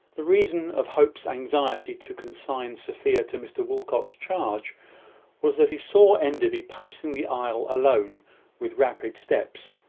the reason of hope's anxiety to consign sophia to mr walcot's charge was, that he saw enderby pacing the aisle alone with rapid steps,